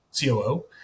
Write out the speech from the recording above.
COO